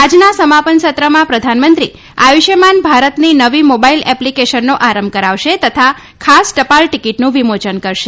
આજના સમાપન સત્રમાં પ્રધાનમંત્રી આયુષ્માન ભારતની નવી મોબાઈલ એપ્લીકેશનનો આરંભ કરાવશે તથા ખાસ ટપાલ ટીકીટનું વિમોચન કરશે